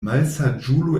malsaĝulo